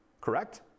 Correct